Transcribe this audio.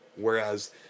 Whereas